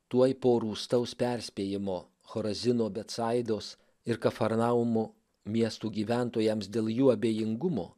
tuoj po rūstaus perspėjimo chorazino betsaidos ir kafarnaumo miestų gyventojams dėl jų abejingumo